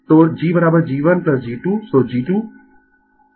Refer Slide Time 2747 तो gg1 g2 so g 2